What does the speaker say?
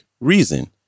reason